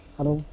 Hello